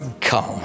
come